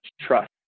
trust